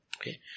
Okay